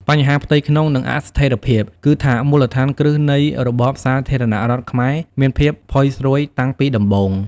បញ្ហាផ្ទៃក្នុង និងអស្ថិរភាព គឺថាមូលដ្ឋានគ្រឹះនៃរបបសាធារណរដ្ឋខ្មែរមានភាពផុយស្រួយតាំងពីដំបូង។